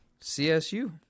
CSU